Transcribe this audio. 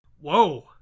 Whoa